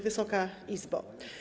Wysoka Izbo!